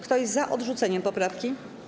Kto jest za odrzuceniem poprawki?